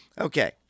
okay